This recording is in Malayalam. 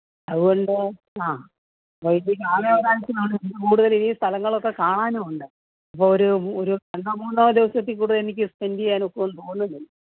അതുകൊണ്ട് ആ ഒരാഴ്ചയ്ക്ക് അകെ ഒരു അഞ്ച് കൂടുതൽ ഈ സ്ഥലങ്ങളൊക്കെ കാണാനും ഉണ്ട് അപ്പോൾ ഒരു ഒരു രണ്ടോ മൂന്നോ ദിവസത്തിൽ കൂടുതൽ എനിക്ക് സ്പെൻഡ് ചെയ്യാൻ ഒക്കുമെന്ന് തോന്നുന്നില്ല